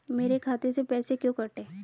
मेरे खाते से पैसे क्यों कटे?